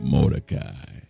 Mordecai